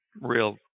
real